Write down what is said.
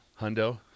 hundo